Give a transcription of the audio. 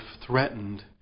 threatened